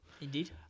Indeed